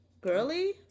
girly